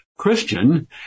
Christian